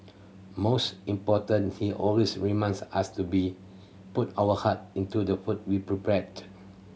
most important he always reminds us to be put our heart into the food we prepared